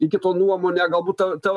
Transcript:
į kito nuomonę galbūt ta ta